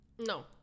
no